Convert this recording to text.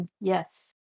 Yes